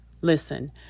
Listen